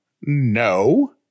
No